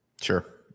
sure